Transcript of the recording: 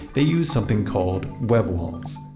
they used something called web walls.